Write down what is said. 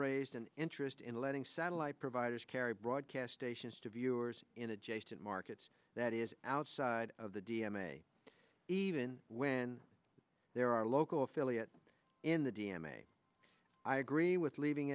raised an interest in letting satellite providers carry broadcast stations to viewers in adjacent markets that is outside of the d m a even when there are local affiliate in the d m a i agree with leaving